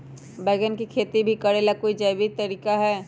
बैंगन के खेती भी करे ला का कोई जैविक तरीका है?